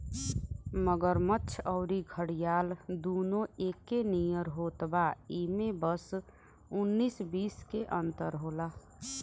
मगरमच्छ अउरी घड़ियाल दूनो एके नियर होत बा इमे बस उन्नीस बीस के अंतर होला